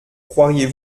croiriez